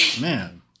Man